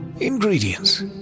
Ingredients